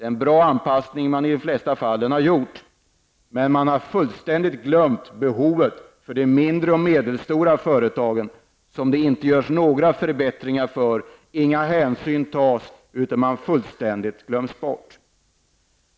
Det har i de flesta fall varit en bra anpassning, men man har fullständigt glömt behovet för de mindre och medelstora företagen som det inte görs några förbättringar för. Inga hänsyn tas, utan de glöms bort fullständigt.